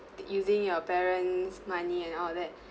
using your parents' money and all that